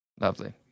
Lovely